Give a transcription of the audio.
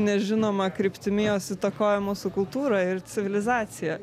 nežinoma kryptimi jos įtakoja mūsų kultūrą ir civilizaciją